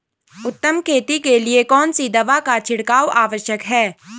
उत्तम खेती के लिए कौन सी दवा का छिड़काव आवश्यक है?